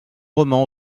romans